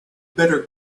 better